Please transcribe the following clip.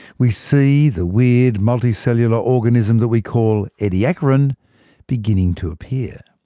we see the weird multicellular organism that we call ediacaran beginning to appear.